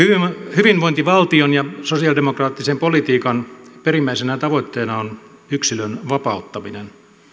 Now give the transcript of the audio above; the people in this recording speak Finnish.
hyvinvointivaltion ja sosialidemokraattisen politiikan perimmäisenä tavoitteena on yksilön vapauttaminen